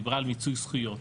דיברה על מיצוי זכויות,